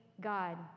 God